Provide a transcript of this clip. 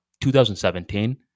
2017